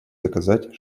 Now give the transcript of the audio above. доказать